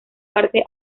parte